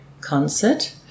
concert